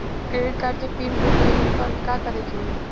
Credit card के PIN भूल गईला पर का करे के होई?